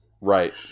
Right